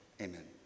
Amen